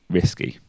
risky